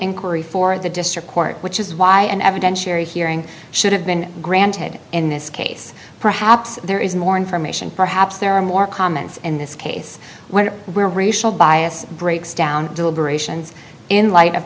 inquiry for the district court which is why an evidentiary hearing should have been granted in this case perhaps there is more information perhaps there are more comments in this case where where racial bias breaks down deliberations in light of